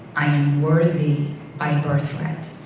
i am worthy by and birthright.